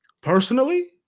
Personally